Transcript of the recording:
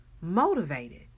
motivated